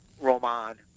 Roman